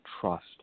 trust